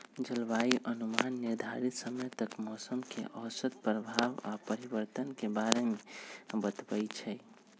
जलवायु अनुमान निर्धारित समय तक मौसम के औसत प्रभाव आऽ परिवर्तन के बारे में बतबइ छइ